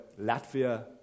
Latvia